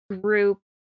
group